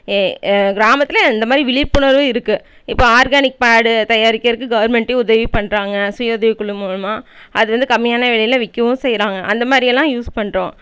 ஏ கிராமத்தில் இந்த மாரி விழிப்புணர்வு இருக்கு இப்போ ஆர்கானிக் பேடு தயாரிக்கிறக்கு கவர்மெண்ட்டே உதவி பண்ணுறாங்க சுய உதவிக் குழு மூலமாக அது வந்து கம்மியான விலையில் விற்கவும் செய்யறாங்க அந்த மாரி எல்லாம் யூஸ் பண்ணுறோம்